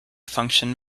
function